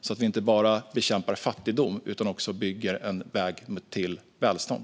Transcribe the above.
Vi ska inte bara bekämpa fattigdom utan också bygga en väg till välstånd.